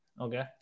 Okay